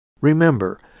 Remember